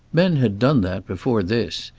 men had done that before this,